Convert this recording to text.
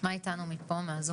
גם בשימוע אנחנו לא ראינו את זה.